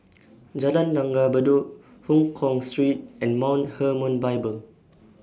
Jalan Langgar Bedok Hongkong Street and Mount Hermon Bible